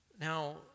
Now